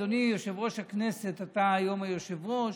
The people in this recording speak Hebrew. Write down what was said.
אדוני יושב-ראש הכנסת, אתה היום היושב-ראש.